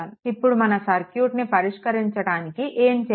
ఇప్పుడు మన సర్క్యూట్ని పరిష్కరించడానికి ఏం చేయాలి